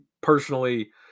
personally